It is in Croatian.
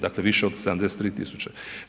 Dakle, više od 73 tisuće.